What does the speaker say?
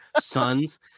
sons